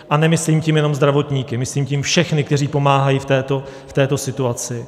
A nemyslím tím jenom zdravotníky, myslím tím všechny, kteří pomáhají v této situaci.